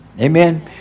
Amen